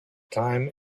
time